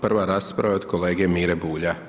Prva rasprava je od kolege Mire Bulja.